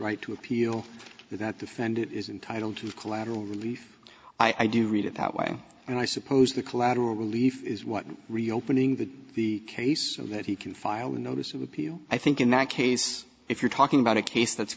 right to appeal that defendant is entitle to collateral relief i do read it that way and i suppose the collateral relief is what reopening the the case that he can file a notice of appeal i think in that case if you're talking about a case that's